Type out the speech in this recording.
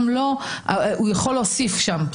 הוא יכול להוסיף שם.